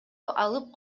алып